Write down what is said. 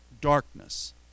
darkness